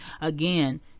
again